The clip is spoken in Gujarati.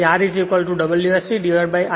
તેથી R W s cIsc 2 છે